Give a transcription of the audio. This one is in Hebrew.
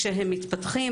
כשהם מתפתחים.